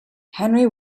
henry